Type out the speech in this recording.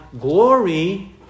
glory